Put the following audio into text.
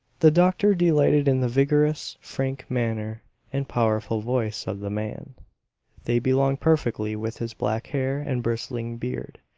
the doctor delighted in the vigorous, frank manner and powerful voice of the man they belonged perfectly with his black hair and bristling beard,